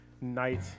night